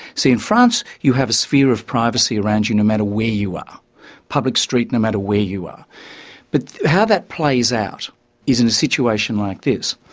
see, in france you have a sphere of privacy around you no matter where you are public street, no matter where you are but how that plays out is in a situation like this.